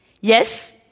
Yes